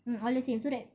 mm all the same so that